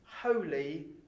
Holy